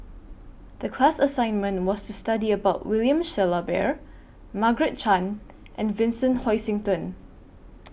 The class assignment was to study about William Shellabear Margaret Chan and Vincent Hoisington